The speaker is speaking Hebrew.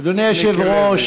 אדוני היושב-ראש,